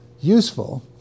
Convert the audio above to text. useful